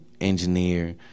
engineer